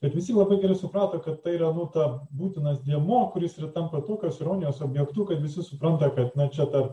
kad visi labai gerai suprato kad tai yra nu ta būtinas dėmuo kuris ir tampa tokios ironijos objektu kad visi supranta kad na čia dar